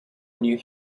new